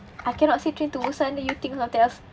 I cannot say three two suddenly you think something else